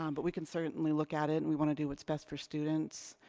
um but we can certainly look at it and we want to do what's best for students.